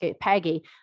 peggy